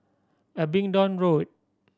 Abingdon Road